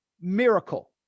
miracle